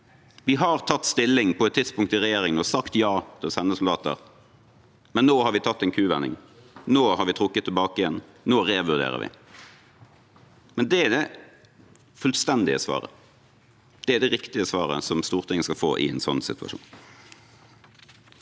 vi har tatt stilling på et tidspunkt i regjering og sagt ja til å sende soldater, men nå har vi gjort en kuvending, nå har vi trukket det tilbake igjen, nå revurderer vi. Men det er det fullstendige svaret, det er det riktige svaret, som Stortinget skal få i en sånn situasjon.